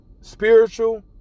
spiritual